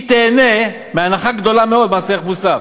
היא תיהנה מהנחה גדולה מאוד במס ערך מוסף,